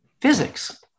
physics